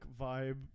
vibe